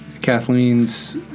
Kathleen's